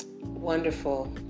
Wonderful